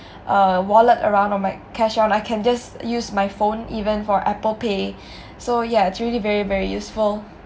uh wallet around or my cash on I can just use my phone even for apple pay so yeah it's really very very useful